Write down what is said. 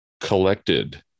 collected